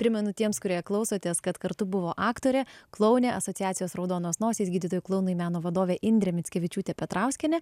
primenu tiems kurie klausotės kad kartu buvo aktorė klounė asociacijos raudonos nosys gydytojai klounai meno vadovė indrė mickevičiūtė petrauskienė